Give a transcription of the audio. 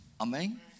Amen